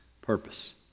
purpose